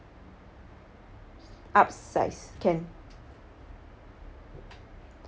upsize can